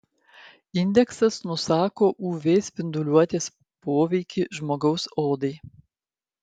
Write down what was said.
indeksas nusako uv spinduliuotės poveikį žmogaus odai